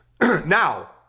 Now